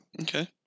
Okay